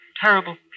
terrible